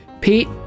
Pete